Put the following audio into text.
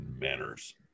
manners